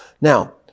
Now